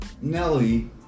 Nelly